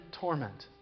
torment